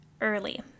early